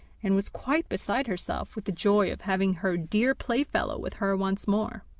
and was quite beside herself with the joy of having her dear playfellow with her once more.